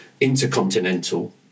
intercontinental